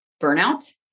burnout